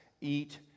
eat